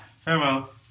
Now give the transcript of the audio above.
Farewell